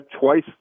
twice